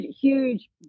huge